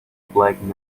black